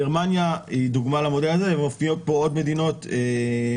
גרמניה היא דוגמה למודל הזה ומופיעות פה עוד מדינות כמו